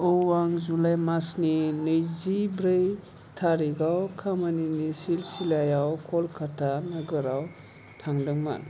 औ आं जुलाइ मासनि नैजिब्रै तारिगाव खामानिनि सिलसिलायाव कलकाता नोगोराव थांदोंमोन